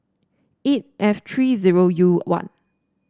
eight F three zero U one